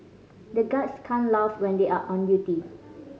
the guards can't laugh when they are on duty